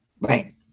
Right